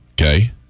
okay